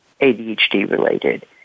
ADHD-related